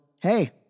hey